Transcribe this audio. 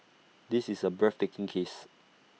this is A breathtaking case